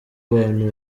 abantu